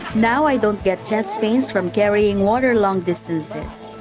now i don't get chest pains from carrying water long distances.